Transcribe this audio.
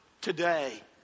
today